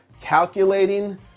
calculating